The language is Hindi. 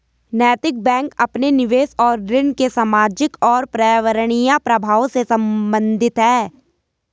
नैतिक बैंक अपने निवेश और ऋण के सामाजिक और पर्यावरणीय प्रभावों से संबंधित है